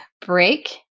break